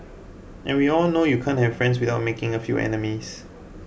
and we all know you can't have friends without making a few enemies